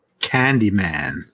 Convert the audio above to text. Candyman